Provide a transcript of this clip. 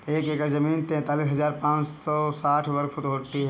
एक एकड़ जमीन तैंतालीस हजार पांच सौ साठ वर्ग फुट होती है